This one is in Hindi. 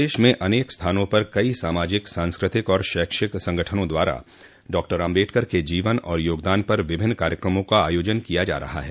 प्रदेश में अनेक स्थानों पर कई सामाजिक सांस्कृतिक और शैक्षिक संगठनों द्वारा डॉक्टर आम्बेडकर के जीवन और योगदान पर विभिन्न कार्यकमों का आयोजन किया जा रहा है